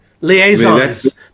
liaisons